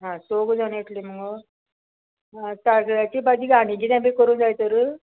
हां चवगा जाण येतली मुगो तायकिळ्याची भाजी आनी कितें बी करूं जाय तर